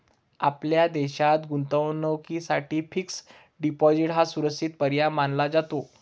आपल्या देशात गुंतवणुकीसाठी फिक्स्ड डिपॉजिट हा सुरक्षित पर्याय मानला जातो